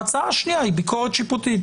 ההצעה השנייה היא ביקורת שיפוטית,